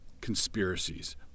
conspiracies